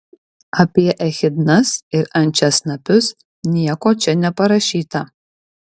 apie echidnas ir ančiasnapius nieko čia neparašyta